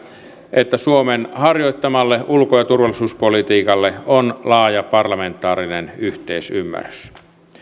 että suomen harjoittamalle ulko ja turvallisuuspolitiikalle on laaja parlamentaarinen yhteisymmärrys